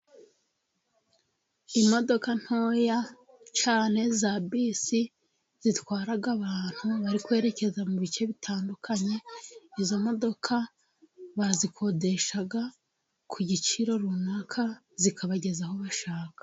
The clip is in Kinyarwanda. Imodoka ntoya cyane za bisi, zitwara abantu bari kwerekeza mu bice bitandukanye, izo modoka barazikodesha ku giciro runaka zikabageza aho bashaka.